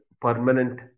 permanent